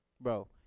Bro